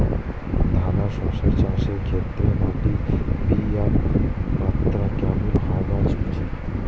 দানা শস্য চাষের ক্ষেত্রে মাটির পি.এইচ মাত্রা কেমন হওয়া উচিৎ?